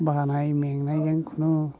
बानाय मेंनायजों खुनु